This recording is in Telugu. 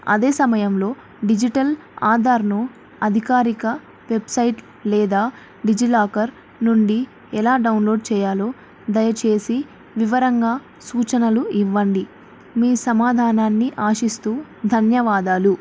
అదే సమయంలో డిజిటల్ ఆధార్ను అధికారిక వెబ్సైట్ లేదా డిజిలాకర్ నుండి ఎలా డౌన్లోడ్ చేయాలో దయచేసి వివరంగా సూచనలు ఇవ్వండి మీ సమాధానాన్ని ఆశిస్తూ ధన్యవాదాలు